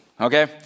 Okay